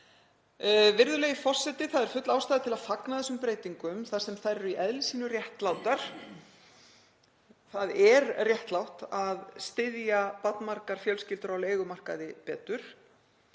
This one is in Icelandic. Virðulegi forseti. Það er full ástæða til að fagna þessum breytingum þar sem þær eru í eðli sínu réttlátar. Það er réttlátt að styðja barnmargar fjölskyldur á leigumarkaði betur,